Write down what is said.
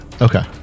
Okay